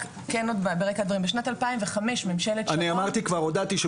רק כן ברקע הדברים בשנת 2005 ממשלת שרון --- אני אמרתי כבר הודעתי,